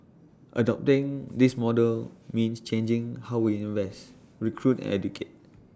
adopting this model means changing how we invest recruit educate